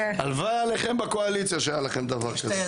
הלוואי עליכם בקואליציה שהיה לכם דבר כזה.